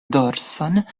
dorson